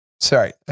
Sorry